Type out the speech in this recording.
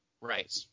Right